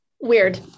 weird